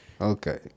Okay